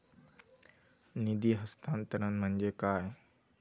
निधी हस्तांतरण म्हणजे काय?